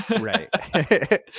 Right